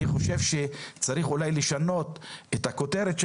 אני חושב שצריך אולי לשנות את הכותרת: